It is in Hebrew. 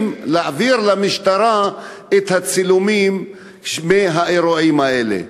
להעביר למשטרה את הצילומים מהאירועים האלה.